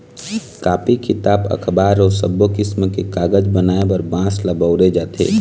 copy, किताब, अखबार अउ सब्बो किसम के कागज बनाए बर बांस ल बउरे जाथे